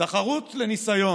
"תחרות לניסיון".